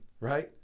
right